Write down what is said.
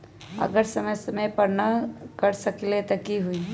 अगर समय समय पर न कर सकील त कि हुई?